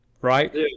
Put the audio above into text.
right